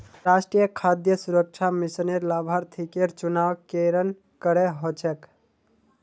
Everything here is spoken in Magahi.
राष्ट्रीय खाद्य सुरक्षा मिशनेर लाभार्थिकेर चुनाव केरन करें हो छेक